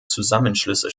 zusammenschlüsse